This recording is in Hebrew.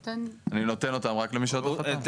אני נותן אותן רק למי שעוד לא חתם.